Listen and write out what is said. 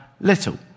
little